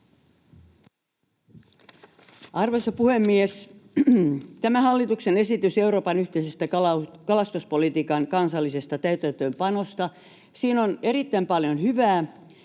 Arvoisa puhemies! Tässä hallituksen esityksessä Euroopan yhteisestä kalastuspolitiikan kansallisesta täytäntöönpanosta on erittäin paljon hyvää,